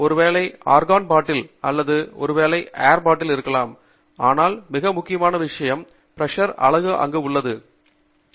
ஒருவேளை argon bottle அல்லது ஒருவேளை ஒரு ஏர் பாட்டில் இருக்கலாம் ஆனால் மிக முக்கியமான விஷயம்பாட்டில் ஒரு பிரஷர் அலகு உள்ளது என்பது